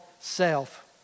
self